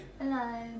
hello